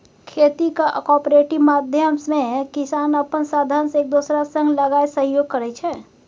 खेतीक कॉपरेटिव माध्यमे किसान अपन साधंश एक दोसरा संग लगाए सहयोग करै छै